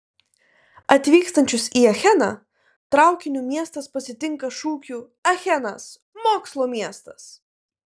atvykstančius į acheną traukiniu miestas pasitinka šūkiu achenas mokslo miestas